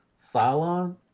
Cylon